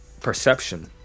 perception